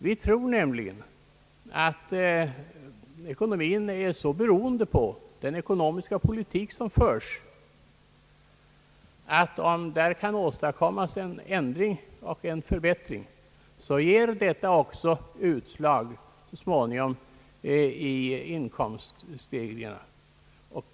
Vi tror nämligen att ekonomin är så beroende av den ekonomiska politik som förs, att om där kan åstadkommas en ändring och en förbättring ger detta också utslag så småningom i inkomststegringar.